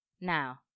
Now